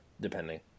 depending